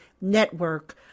network